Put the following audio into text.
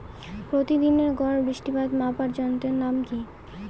প্রতিদিনের গড় বৃষ্টিপাত মাপার যন্ত্রের নাম কি?